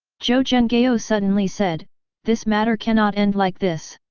zhou zhenghao suddenly said this matter cannot end like this.